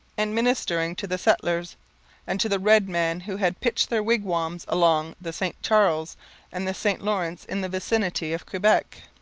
and ministering to the settlers and to the red men who had pitched their wigwams along the st charles and the st lawrence in the vicinity of quebec.